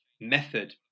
method